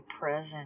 present